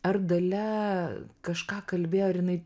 ar dalia kažką kalbėjo ar jinai